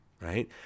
right